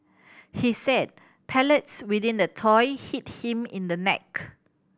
he said pellets within the toy hit him in the neck